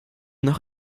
noch